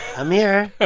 i'm here.